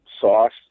sauce